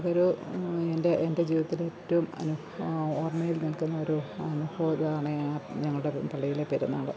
അതൊരു എൻ്റെ എൻ്റെ ജീവിതത്തിലേറ്റവും ഓർമ്മയിൽ നിൽക്കുന്നൊരു ഒരിതാണേ ഞങ്ങളുടെ പള്ളിയിലെ പെരുന്നാള്